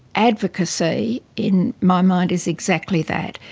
advocacy in my mind is exactly that,